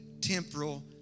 temporal